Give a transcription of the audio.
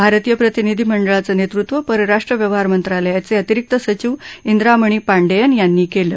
भारतीय प्रतिनिधी मंडळाचं नवृत्व परराष्ट्र व्यवहार मंत्रालयाच अतिरिक्त सचिव इंद्रा मणि पांड्य यांनी कालं